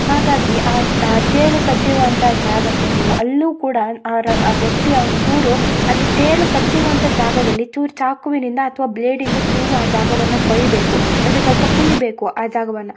ಹಾಗಾಗಿ ಆ ಚ್ ಆ ಚೇಳು ಕಚ್ಚಿರುವಂಥ ಜಾಗಕ್ಕೆ ನೀವು ಅಲ್ಲೂ ಕೂಡ ಆ ರ ಆ ವ್ಯಕ್ತಿಯ ಒಂಚೂರು ಅಲ್ಲಿ ಚೇಳು ಕಚ್ಚಿರುವಂಥ ಜಾಗದಲ್ಲಿ ಚೂರು ಚಾಕುವಿನಿಂದ ಅಥ್ವ ಬ್ಲೇಡಿಂದ ಚೂರು ಆ ಜಾಗವನ್ನ ಕೊಯ್ಬೇಕು ಅಂದರೆ ಸ್ವಲ್ಪ ಕುಯ್ಬೇಕು ಆ ಜಾಗವನ್ನ